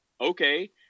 okay